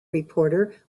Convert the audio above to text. reporter